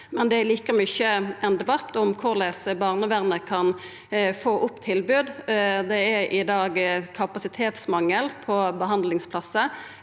men det er like mykje ein debatt om korleis barnevernet kan få opp tilbod. Det er i dag kapasitetsmangel på behandlingsplassar,